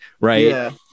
Right